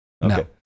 No